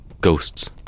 Ghosts